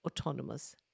autonomous